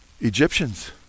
Egyptians